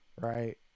right